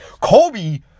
Kobe